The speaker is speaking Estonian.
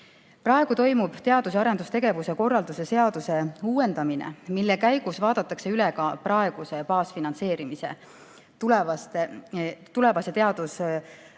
Praegu käib teadus- ja arendustegevuse korralduse seaduse uuendamine, mille käigus vaadatakse üle ka praeguse baasfinantseerimise tulevase teadusasutuste